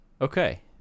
Okay